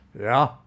Yeah